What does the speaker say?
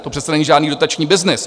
To přece není žádný dotační byznys!